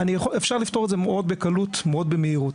אפשר לפתור את זה מאוד בקלות, מאוד במהירות.